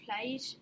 played